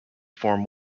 form